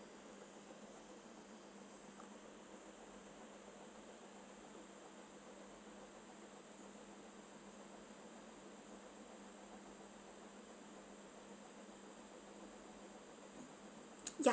yup